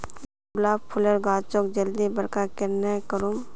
गुलाब फूलेर गाछोक जल्दी बड़का कन्हे करूम?